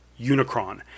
Unicron